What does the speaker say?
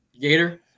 Gator